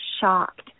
shocked